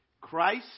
Christ